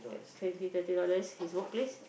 twenty thirty dollars his workplace